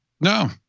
No